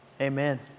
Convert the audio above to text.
Amen